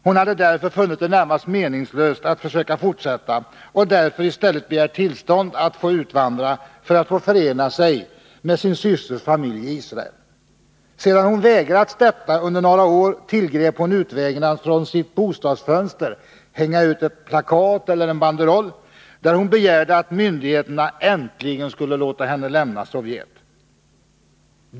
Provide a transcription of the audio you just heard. Hon hade därför funnit det närmast meningslöst att försöka fortsätta och i stället begärt tillstånd att få utvandra för att förena sig med sin systers familj i Israel. Sedan hon förvägrats detta under några år tillgrep hon utvägen att från sitt bostadsfönster hänga ut en banderoll, där hon begärde att myndigheterna äntligen skulle låta henne lämna Sovjet.